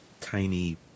tiny